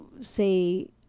say